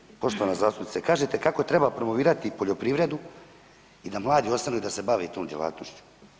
Slušajte poštovana zastupnice kažete kako treba promovirati poljoprivredu i da mladi ostanu i da se bave tom djelatnošću.